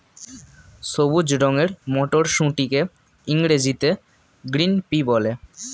সবুজ রঙের মটরশুঁটিকে ইংরেজিতে গ্রিন পি বলে